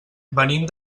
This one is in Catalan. venim